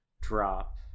drop